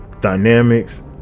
Dynamics